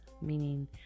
meaning